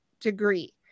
degree